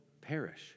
perish